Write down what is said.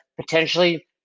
potentially